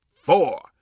four